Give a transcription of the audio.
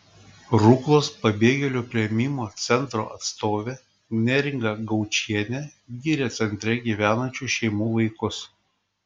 ruklos pabėgėlių priėmimo centro atstovė neringa gaučienė giria centre gyvenančių šeimų vaikus